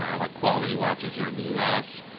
um like quality watches here in the us.